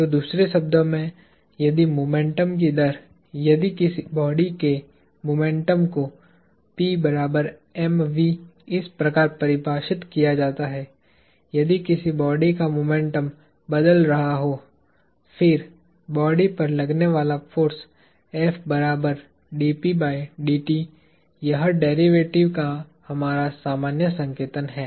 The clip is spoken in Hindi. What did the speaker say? तो दूसरे शब्दों में यदि मोमेंटम की दर यदि किसी बॉडी के मोमेंटम को इस प्रकार परिभाषित किया जाता है यदि किसी बॉडी का मोमेंटम बदल रहा हो फिर बॉडी पर लगने वाला फोर्स यह डेरीवेटिव का हमारा सामान्य संकेतन है